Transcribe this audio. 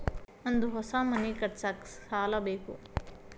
ನಂದು ಹೊಸ ಮನಿ ಕಟ್ಸಾಕ್ ಸಾಲ ಬೇಕು